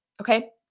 Okay